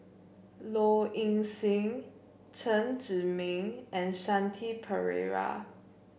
Low Ing Sing Chen Zhiming and Shanti Pereira